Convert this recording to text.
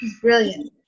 brilliant